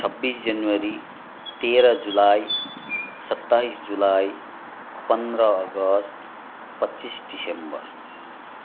छब्बिस जनवरी तेह्र जुलाई सत्ताइस जुलाई पन्ध्र अगस्त पच्चिस दिसम्बर